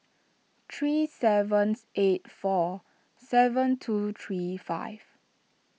three seven eight four seven two three five